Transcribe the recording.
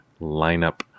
lineup